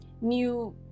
new